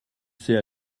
s’est